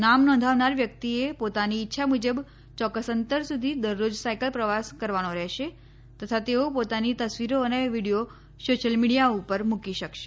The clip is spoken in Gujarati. નામ નોંધાવનાર વ્યક્તિએ પોતાની ઇચ્છા મુજબ ચોક્કસ અંતર સુધી દરરોજ સાયકલ પ્રવાસ કરવાનો રહેશે તથા તેઓ પોતાની તસવીરો અને વીડિયો સોશિયલ મીડિયા ઉપર મૂકી શકશે